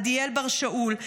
עדיאל בר שאול,